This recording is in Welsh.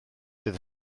bydd